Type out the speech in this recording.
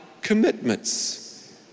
commitments